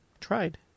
tried